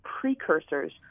precursors